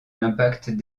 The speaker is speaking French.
l’impact